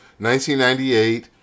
1998